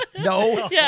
No